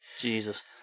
Jesus